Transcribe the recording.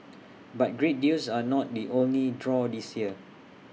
but great deals are not the only draw this year